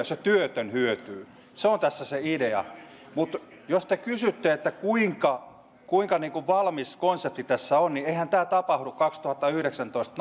se työtön hyötyy se on tässä se idea mutta jos te kysytte kuinka kuinka valmis konsepti tässä on niin eihän tämä tapahdu niin että kaksituhattayhdeksäntoista